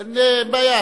אין בעיה.